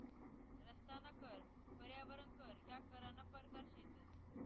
रस्ताना कर, पर्यावरण कर ह्या करना परकार शेतंस